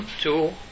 two